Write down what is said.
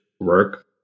work